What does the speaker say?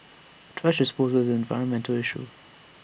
thrash disposal is an environmental issue